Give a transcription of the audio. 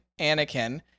Anakin